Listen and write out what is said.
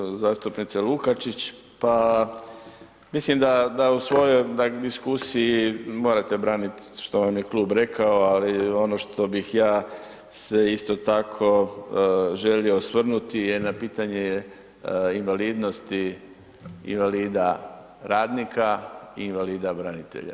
Poštovana zastupnice Lukačić, pa mislim da, da u svojoj diskusiji morate branit što vam je klub rekao, ali ono što bih ja se isto tako želio osvrnuti je na pitanje je invalidnosti invalida radnika i invalida branitelja.